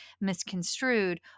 misconstrued